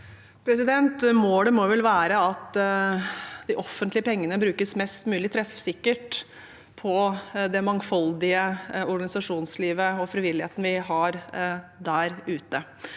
Målet må vel være at de offentlige pengene brukes mest mulig treffsikkert på det mangfoldige organisasjonslivet og frivilligheten vi har der ute.